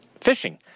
Fishing